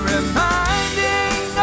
Reminding